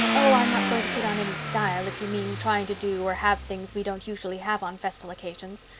oh, i'm not going to put on any style, if you mean trying to do or have things we don't usually have on festal occasions,